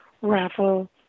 raffle